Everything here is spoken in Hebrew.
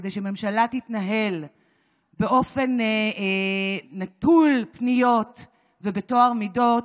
כדי שממשלה תתנהל באופן נטול פניות ובטוהר מידות,